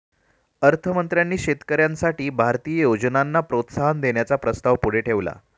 अर्थ मंत्र्यांनी शेतकऱ्यांसाठी भारतीय योजनांना प्रोत्साहन देण्याचा प्रस्ताव पुढे ठेवला